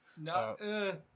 No